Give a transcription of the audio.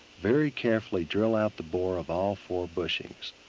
very carefully drill out the bore of all four bushings.